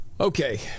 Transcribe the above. Okay